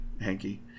Hanky